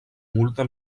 multa